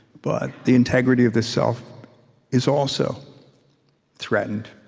but the integrity of the self is also threatened,